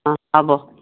অঁ হ'ব